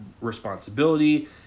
responsibility